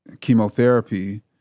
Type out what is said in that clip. chemotherapy